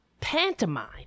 pantomime